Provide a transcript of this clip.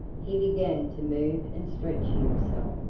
he began to move and stretch himself.